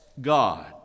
God